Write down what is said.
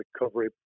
recovery